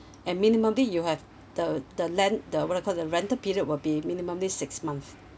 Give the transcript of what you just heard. and minimally you have the the land the what you call that the rental period will be minimally six month